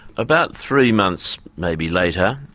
about three months, maybe later,